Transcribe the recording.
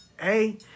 hey